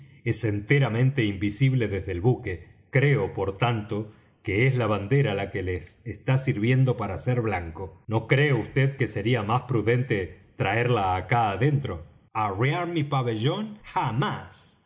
es enteramente invisible desde el buque creo por tanto que es la bandera la que les está sirviendo para hacer blanco no cree vd que sería más prudente traerla acá adentro arriar mi pabellón jamás